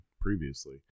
previously